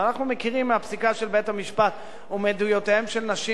ואנחנו מכירים מהפסיקה של בית-המשפט ומעדויותיהן של נשים